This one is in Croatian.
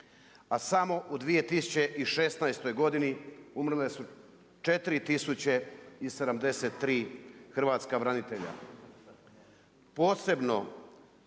A samo u 2016. godini umrle su 4 tisuće i 73 hrvatska branitelja. Posebno,